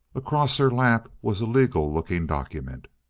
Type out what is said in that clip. across her lap was a legal-looking document.